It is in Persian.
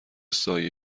سایه